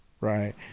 Right